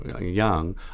young